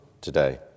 today